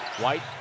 White